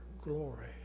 glory